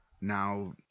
now